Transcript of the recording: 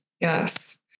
Yes